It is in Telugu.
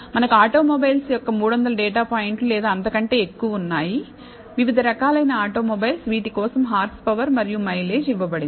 మనకు ఆటోమొబైల్స్ యొక్క300 డేటా పాయింట్లు లేదా అంతకంటే ఎక్కువ ఉన్నాయి వివిధ రకాలైన ఆటోమొబైల్స్ వీటి కోసం హార్స్పవర్ మరియు మైలేజ్ ఇవ్వబడింది